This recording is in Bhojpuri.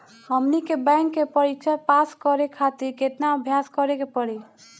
हमनी के बैंक के परीक्षा पास करे खातिर केतना अभ्यास करे के पड़ी?